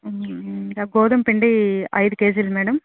ఇంకా గోధుమపిండి ఐదు కేజీలు మేడం